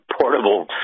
portable